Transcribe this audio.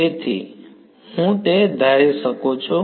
તેથી હું તે ધારી શકું છું